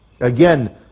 Again